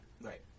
Right